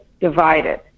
divided